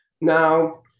Now